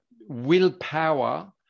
willpower